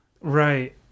right